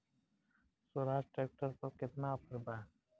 Swaraj tractor पर केतना offer बा?